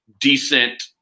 decent